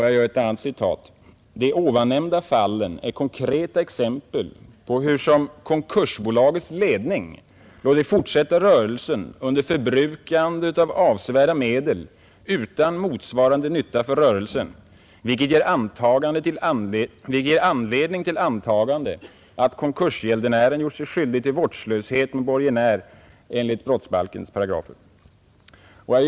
Jag har ett annat citat: ”De omnämnda fallen ——— är konkreta exempel på hurusom konkursbolagets ledning låtit fortsätta rörelsen under förbrukande av avsevärda medel utan motsvarande nytta för rörelsen, vilket ger anledning till antagande att konkursgäldenären gjort sig skyldig till vårdslöshet mot borgenärer” enligt brottsbalken.